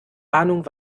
ahnung